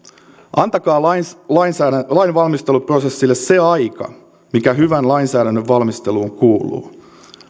antakaa lainvalmisteluprosessille se aika mikä hyvän lainsäädännön valmisteluun kuuluu